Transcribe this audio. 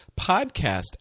podcast